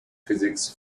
physics